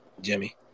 Jimmy